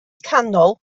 canol